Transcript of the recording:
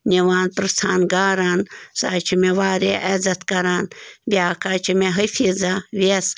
نِوان پرٛژھان گاران سۄ حظ چھِ مےٚ واریاہ عزَت کَران بیٛاکھ حظ چھِ مےٚ حفیٖظہ ویٚس